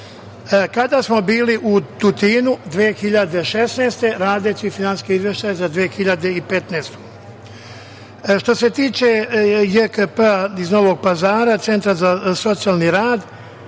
kada smo bili u Tutinu 2016. godine, radeći finansijske izveštaje za 2015. godinu. Što se tiče JKP iz Novog Pazara, Centra za socijalni rad,